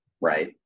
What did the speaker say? right